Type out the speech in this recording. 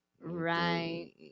Right